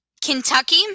Kentucky